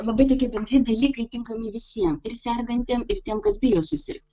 labai tokie bendri dalykai tinkami visiem ir sergantiem ir tiem kas bijo susirgt